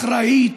אחראית,